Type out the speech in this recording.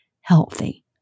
healthy